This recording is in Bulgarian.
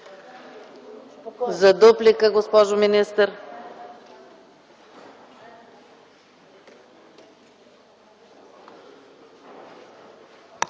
За дуплика, госпожо министър.